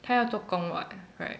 她要做工 what right